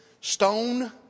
stone